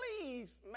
please